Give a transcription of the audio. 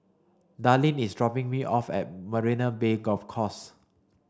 Darleen is dropping me off at Marina Bay Golf Course